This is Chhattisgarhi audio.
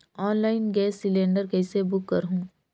ऑनलाइन गैस सिलेंडर कइसे बुक करहु?